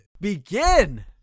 begin